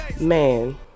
Man